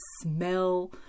smell